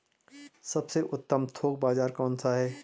सबसे उत्तम थोक बाज़ार कौन सा है?